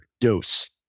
Dose